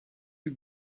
you